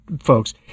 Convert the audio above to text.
folks